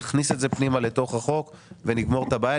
נכניס את זה פנימה לתוך החוק ונגמור את הבעיה,